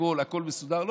הכול מסודר,